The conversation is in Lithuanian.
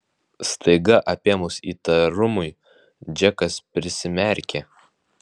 staiga apėmus įtarumui džekas prisimerkė